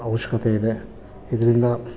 ಅವಶ್ಯಕತೆಯಿದೆ ಇದರಿಂದ